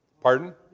Pardon